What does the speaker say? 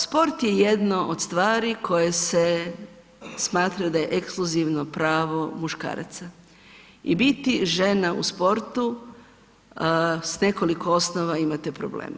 Sport je jedno od stvari koje se smatra da je ekskluzivno pravo muškaraca i biti žena u sportu, s nekoliko osnova imate problema.